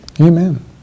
Amen